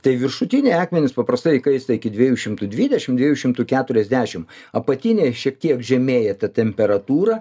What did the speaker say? tai viršutiniai akmenys paprastai įkaista iki dviejų šimtų dvidešim dviejų šimtų keturiasdešim apatiniai šiek tiek žemėja ta temperatūra